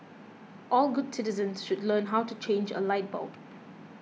all good citizens should learn how to change a light bulb